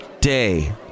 Day